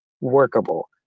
workable